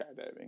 skydiving